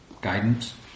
guidance